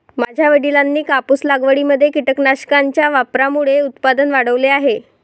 माझ्या वडिलांनी कापूस लागवडीमध्ये कीटकनाशकांच्या वापरामुळे उत्पादन वाढवले आहे